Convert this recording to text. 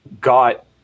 got